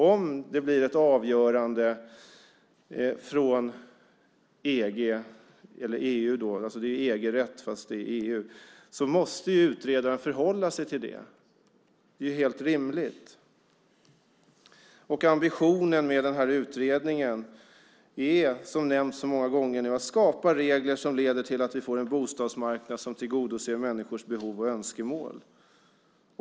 Om det blir ett avgörande från EU måste utredaren förhålla sig till det. Det är helt rimligt. Ambitionen med den här utredningen är, som nämnts så många gånger nu, att skapa regler som leder till att vi får en bostadsmarknad som tillgodoser människors behov och önskemål.